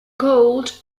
gould